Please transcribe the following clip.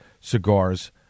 cigars